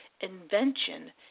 Invention